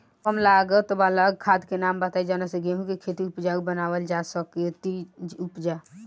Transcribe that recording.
कम लागत वाला खाद के नाम बताई जवना से गेहूं के खेती उपजाऊ बनावल जा सके ती उपजा?